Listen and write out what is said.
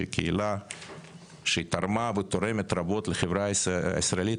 שהיא קהילה שתרמה ותורמת רבות לחברה הישראלית,